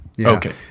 Okay